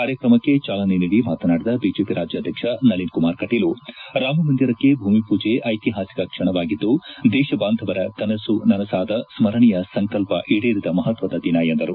ಕಾರ್ಯಕ್ರಮಕ್ಕೆ ಚಾಲನೆ ನೀಡಿ ಮಾತನಾಡಿದ ಬಿಜೆಪಿ ರಾಜ್ಲಾಧ್ಯಕ್ಷ ನಳನ್ ಕುಮಾರ್ ಕಟೀಲು ರಾಮ ಮಂದಿರಕ್ಕೆ ಭೂಮಿ ಪೂಜೆ ಐತಿಹಾಸಿಕ ಕ್ಷಣವಾಗಿದ್ದು ದೇಶ ಬಾಂಧವರ ಕನಸು ನನಸಾದ ಸ್ನರಣೀಯ ಸಂಕಲ್ಪ ಈಡೇರಿದ ಮಹತ್ವದ ದಿನ ಎಂದರು